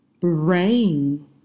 brain